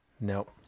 nope